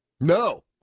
No